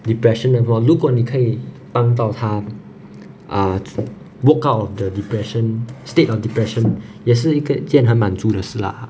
depression and all 如果你可以帮到他 ah walk out of the depression state of depression 也是一个件很满足的事啦